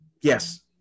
yes